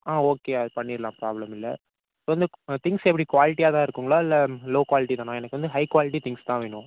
ஆ okay அது பண்ணிவிடலாம் problem இல்லை இப்போ வந்து திங்க்ஸ் எப்படி குவாலிட்டியாக தான் இருக்குதுங்களா இல்லை லோ குவாலிட்டிதானா எனக்கு வந்து ஹை குவாலிட்டி திங்க்ஸ் தான் வேணும்